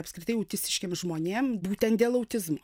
apskritai autistiškiem žmonėm būtent dėl autizmo